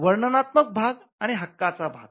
वर्णनात्मक भाग आणि हक्काचा भाग